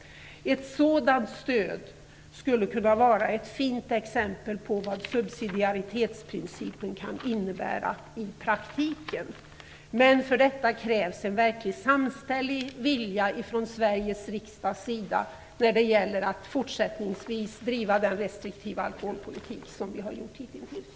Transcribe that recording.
Ett sådant stöd skulle kunna vara ett fint exempel på vad subsidiaritetsprincipen kan innebära i praktiken. Men för detta krävs en verklig samstämmig vilja från Sveriges riksdags sida när det gäller att fortsättningsvis driva den restriktiva alkoholpolitik som vi har gjort hitintills.